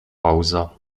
pauza